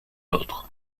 l’autre